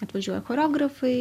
atvažiuoja choreografai